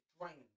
Draining